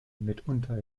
mitunter